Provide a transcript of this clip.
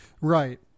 Right